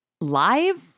live